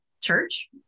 church